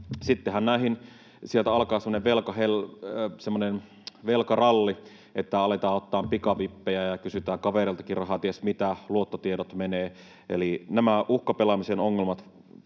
sittenhän sieltä alkaa semmoinen velkaralli, että aletaan ottamaan pikavippejä ja kysytään kavereiltakin rahaa, ties mitä, luottotiedot menevät. Eli nämä uhkapelaamisen ongelmat